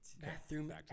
Bathroom